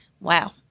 wow